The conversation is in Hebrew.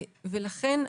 לכן,